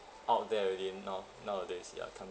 out there already now~ nowadays ya coming